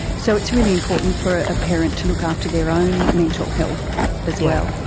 so it's really important for a parent to look after their own mental health as well.